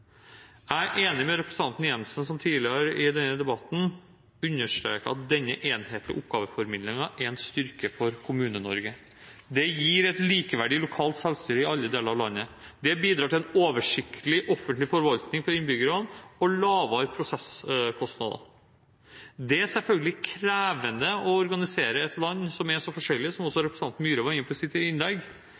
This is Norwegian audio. Jeg er enig med representanten Jenssen som tidligere i denne debatten understreket at denne enhetlige oppgaveformidlingen er en styrke for Kommune-Norge. Det gir et likeverdig lokalt selvstyre i alle deler av landet. Det bidrar til en oversiktlig offentlig forvaltning for innbyggerne og lavere prosesskostnader. Det er selvfølgelig krevende å organisere et land som er så forskjellig, som også representanten Myhre var inne på i sitt innlegg,